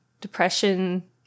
depression